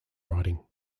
writing